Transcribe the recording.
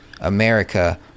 america